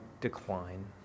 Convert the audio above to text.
decline